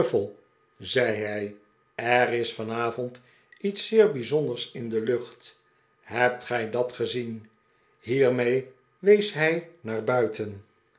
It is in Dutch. zei hij er is vanavond iets zeer bijzonders in de iucht hebt gij dat gezien hiermee wees hij naar buiten